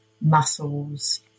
muscles